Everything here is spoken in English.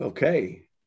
Okay